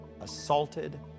assaulted